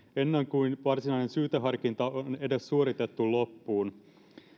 ennen kuin varsinainen syyteharkinta on edes suoritettu loppuun